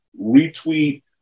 retweet